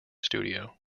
studio